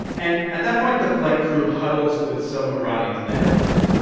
and at that point, the flight crew huddles with some iranians in the airport.